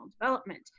development